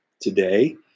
today